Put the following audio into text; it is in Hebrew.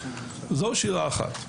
זו שאלה אחת.